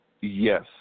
Yes